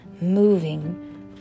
moving